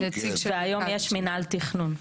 והיום יש מינהל תכנון.